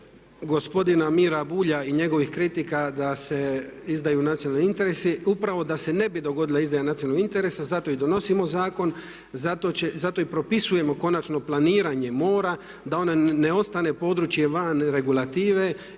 gospodina Mira Bulja i njegovih kritika da se izdaju nacionalni interesi. Upravo da se ne bi dogodila izdaja nacionalnih interesa zato i donosimo zakon, zato i propisujemo konačno planiranje mora, da ono ne ostane područje van regulative